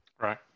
Right